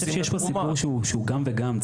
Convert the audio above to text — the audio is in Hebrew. יש פה סיפור שהוא גם וגם.